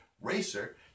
Racer